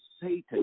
Satan